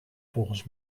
volgens